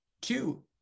two